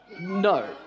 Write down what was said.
No